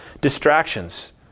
distractions